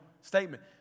statement